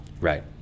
Right